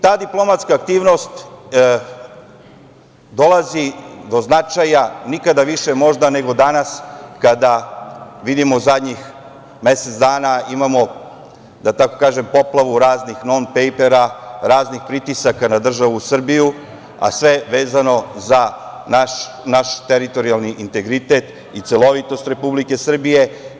Ta diplomatska aktivnost dolazi do značaja nikada više možda nego danas, kada vidimo zadnjih mesec dana imamo, da tako kažem, poplavu raznih non pejpera, raznih pritisaka na državu Srbiju, a sve vezano za naš teritorijalni integritet i celovitost Republike Srbije.